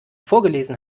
vorgelesen